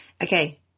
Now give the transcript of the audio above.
Okay